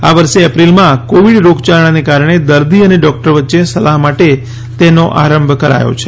આ વર્ષે એપ્રિલમાં કોવિડ રોગયાળાને કારણે દર્દી અને ડોક્ટર વચ્ચે સલાહ માટે તેનો આરંભ કરાયો છે